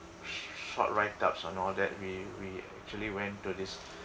sh~ short write ups on all that we we actually went to this